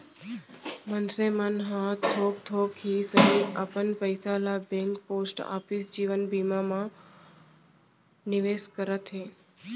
मनसे मन ह थोक थोक ही सही अपन पइसा ल बेंक, पोस्ट ऑफिस, जीवन बीमा मन म निवेस करत हे